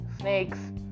snakes